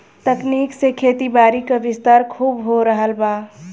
तकनीक से खेतीबारी क विस्तार खूब हो रहल बा